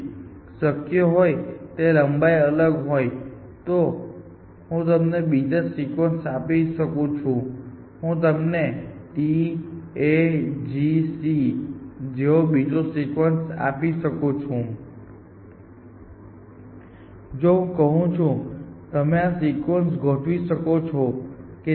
જો આ બંને સિક્વન્સ એક સરખી ન હોય અને જો શક્ય હોય કે તે લંબાઈમાં અલગ હોય તો હું તમને બીજો સિક્વન્સ આપી શકું છું હું તમને T A G C જેવો બીજો સિક્વન્સ આપી શકું છું તો જો હું કહું કે તમે આ સિક્વન્સને ગોઠવી શકો છો કે નહીં